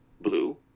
blue